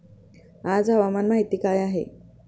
आज हवामान माहिती काय आहे?